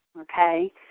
okay